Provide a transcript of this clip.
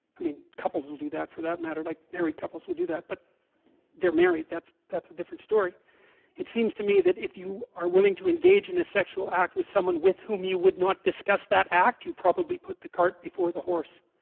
i mean couples will do that for that matter like married couples will do that but they're married that's that's a different story it seems to me that if you are willing to engage in a sexual act with someone with whom you would not discuss that act you probably put the cart before the horse